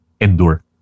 endure